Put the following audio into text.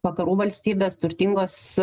vakarų valstybės turtingos